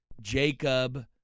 Jacob